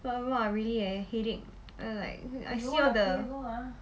!wah! !wah! really leh headache I like when I see all the